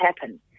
happen